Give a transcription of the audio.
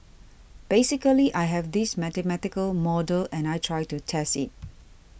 basically I have this mathematical model and I tried to test it